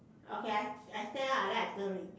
okay I I stand up and then observe